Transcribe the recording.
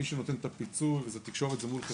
מי שנותן את הפיצוי, זו התקשורת.